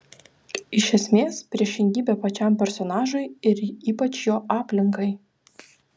iš esmės priešingybė pačiam personažui ir ypač jo aplinkai